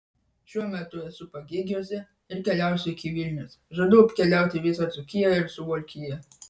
šiuo metu esu pagėgiuose ir keliausiu iki vilniaus žadu apkeliauti visą dzūkiją ir suvalkiją